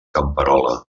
camperola